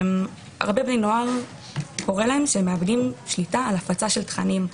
הרבה פעמים הם מאבדים שליטה על הפצת תכנים.